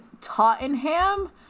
Tottenham